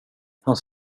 hans